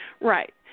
Right